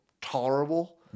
tolerable